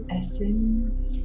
essence